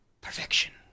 Perfection